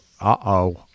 uh-oh